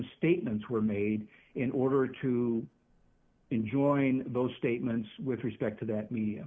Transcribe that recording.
statements were made in order to enjoin those statements with respect to that